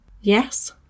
Yes